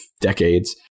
decades